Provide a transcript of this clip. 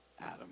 Adam